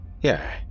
Yeah